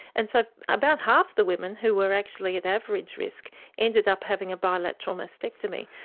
and so about half the women who were actually at average risk ended up having a bilateral mastectomy.